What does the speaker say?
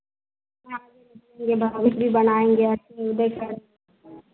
कुछ भी बनाएंगे अच्छे से देख कर